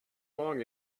long